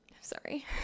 sorry